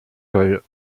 soll